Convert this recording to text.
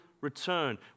return